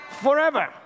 Forever